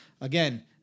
Again